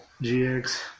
GX